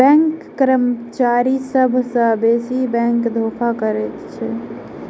bank कर्मचारी सभ सॅ बेसी बैंक धोखा करैत अछि